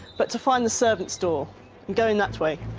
but to find the servants' door and go in that way.